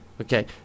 Okay